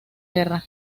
guerra